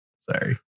sorry